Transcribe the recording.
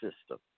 system